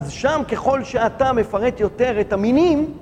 אז שם ככל שאתה מפרט יותר את המינים